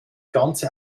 ganze